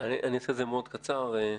בבקשה.